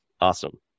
Awesome